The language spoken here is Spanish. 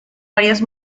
varias